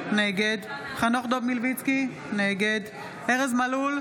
נגד חנוך דב מלביצקי, נגד ארז מלול,